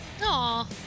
Aw